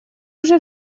уже